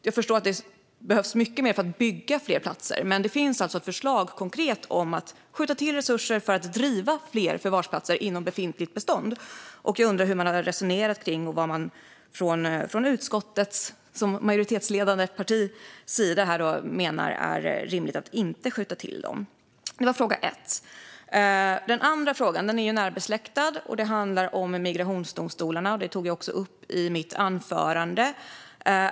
Jag förstår att det behövs mycket mer för att bygga fler platser, men det finns alltså ett konkret förslag om att skjuta till resurser för att driva fler förvarsplatser inom befintligt bestånd. Jag undrar hur man i det parti som är majoritetsledande i utskottet har resonerat när man menar att det är rimligt att inte skjuta till de resurserna. Det var fråga ett. Den andra frågan är närbesläktad och handlar om migrationsdomstolarna, vilka jag också tog upp i mitt anförande.